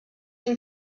une